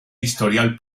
historial